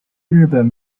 日本